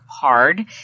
hard